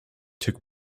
took